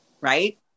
Right